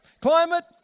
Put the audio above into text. climate